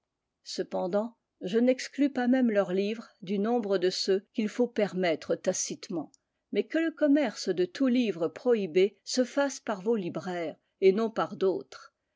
cependant je n'exclus pas même leurs livres du nombre de ceux qu'il faut permettre tacitement mais que le commerce de tous livres prohibés se fasse par vos libraires et non par d'autres